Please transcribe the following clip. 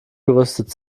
gerüstet